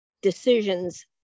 decisions